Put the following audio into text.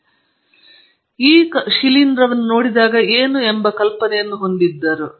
ಉದಾಹರಣೆಗೆ ನಾನು ಈ ಶಿಲೀಂಧ್ರವನ್ನು ನೋಡಿದಾಗ ಏನು ಎಂಬ ಕಲ್ಪನೆಯನ್ನು ಹೊಂದಿದ್ದೇನೆ